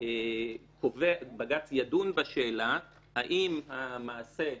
בג"ץ ידון בשאלה האם המעשה,